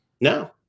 No